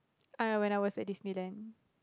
I know when I was at Disneyland